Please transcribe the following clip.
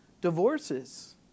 divorces